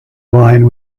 line